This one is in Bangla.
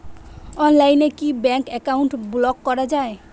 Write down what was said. অনলাইনে কি ব্যাঙ্ক অ্যাকাউন্ট ব্লক করা য়ায়?